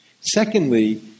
Secondly